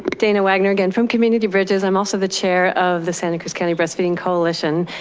dana wagner again from community bridges. i'm also the chair of the santa cruz county breastfeeding coalition.